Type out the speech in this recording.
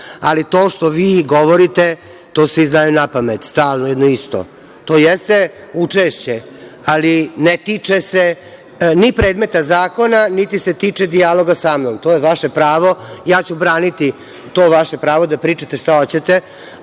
ali to što vi govorite, to svi znaju napamet, stalno jedno isto. To jeste učešće, ali ne tiče se ni Predmeta zakona, niti se tiče dijaloga sa mnom. To je vaše pravo. Ja ću braniti to vaše pravo da pričate šta hoćete,